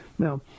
Now